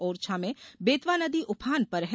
ओरछा में बेतवा नदी उफान पर है